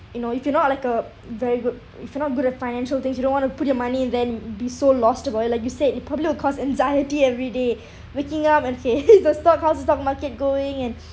you know if you're not like a very good if you're not good at financial things you don't want to put your money then be so lost about it like you said it probably will cause anxiety everyday waking up and say the stock how's the stock market going and